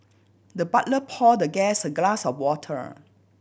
the butler poured the guest a glass of water